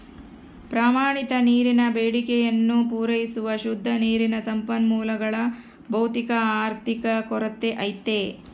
ಪ್ರಮಾಣಿತ ನೀರಿನ ಬೇಡಿಕೆಯನ್ನು ಪೂರೈಸುವ ಶುದ್ಧ ನೀರಿನ ಸಂಪನ್ಮೂಲಗಳ ಭೌತಿಕ ಆರ್ಥಿಕ ಕೊರತೆ ಐತೆ